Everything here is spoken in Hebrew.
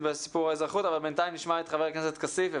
בסיפור האזרחות אבל בינתיים נשמע את חבר הכנסת כסיף.